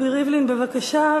בבקשה.